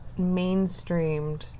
mainstreamed